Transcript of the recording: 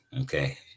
Okay